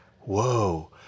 whoa